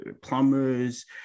plumbers